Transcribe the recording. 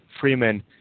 Freeman